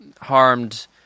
harmed